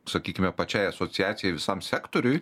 sakykime pačiai asociacijai visam sektoriui